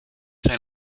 zijn